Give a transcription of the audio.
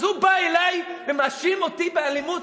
אז הוא בא אלי ומאשים אותי באלימות?